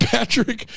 Patrick